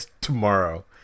tomorrow